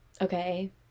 okay